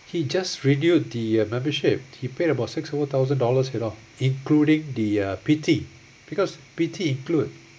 he just renewed the uh membership he paid about six over thousand dollars you know including the uh P_T because P_T include